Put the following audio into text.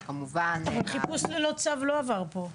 --- אבל החיפוש ללא צו לא עבר פה.